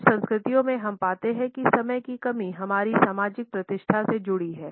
कुछ संस्कृतियों में हम पाते हैं कि समय की कमी हमारी सामाजिक प्रतिष्ठा से जुड़ी है